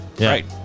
Right